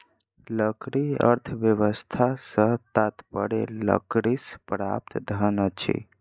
लकड़ी अर्थव्यवस्था सॅ तात्पर्य लकड़ीसँ प्राप्त धन अछि